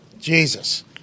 Jesus